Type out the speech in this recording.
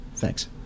Thanks